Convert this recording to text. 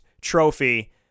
trophy